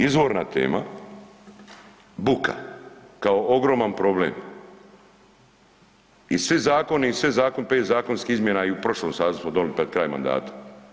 Izvorna tema buka kao ogroman problem i svi zakoni i sve zakon, 5 zakonskih izmjena i u prošlom sazivu smo donijeli pred kraj mandata.